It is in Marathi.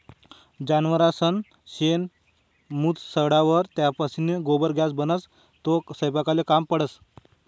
जनावरसनं शेण, मूत सडावर त्यापाशीन गोबर गॅस बनस, तो सयपाकले काम पडस